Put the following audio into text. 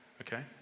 okay